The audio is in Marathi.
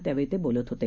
त्यावेळी ते बोलत होते